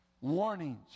Warnings